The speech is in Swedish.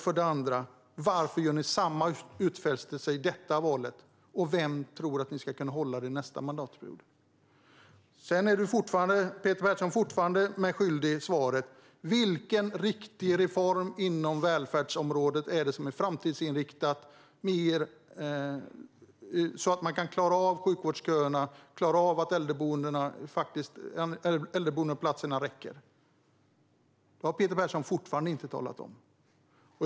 För det andra: Varför gör ni samma utfästelse inför detta val? Vem tror att ni ska kunna hålla det löftet under nästa mandatperiod? Sedan är Peter Persson fortfarande mig svaret skyldig. Vilken riktig reform inom välfärdsområdet är det som är framtidsinriktad så att man ska klara av sjukvårdsköerna och se till att äldreboendeplatserna räcker till? Det har Peter Persson fortfarande inte talat om.